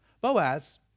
Boaz